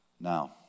Now